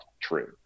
true